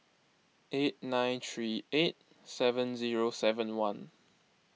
eight nine three eight seven zero seven one